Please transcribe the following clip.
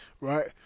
right